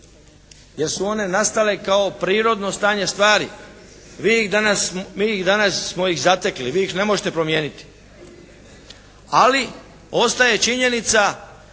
jer su one nastale kao prirodno stanje stvari. Mi ih danas smo ih zatekli, vi ih ne možete promijeniti. Ali ostaje činjenica